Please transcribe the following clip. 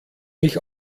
mich